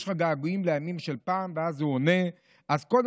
יש לך געגועים לימים של פעם?